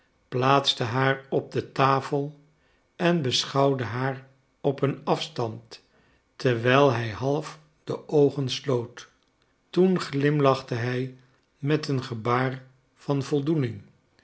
plaatste haar op de tafel en beschouwde haar op een afstand terwijl hij half de oogen sloot toen glimlachte hij met een gebaar van voldoening